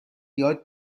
یاد